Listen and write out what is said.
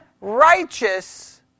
righteous